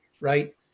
right